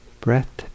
breath